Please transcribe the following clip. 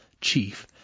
chief